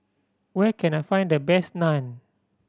where can I find the best Naan